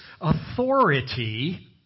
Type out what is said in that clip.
authority